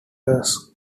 was